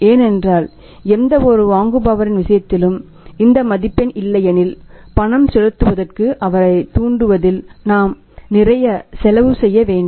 ஏனென்றால் எந்தவொரு வாங்குபவரின் விஷயத்திலும் இந்த மதிப்பெண் இல்லையெனில் பணம் செலுத்துவதற்கு அவரைத் தூண்டுவதில் நாம் நிறைய செலவு செய்ய வேண்டும்